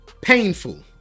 painful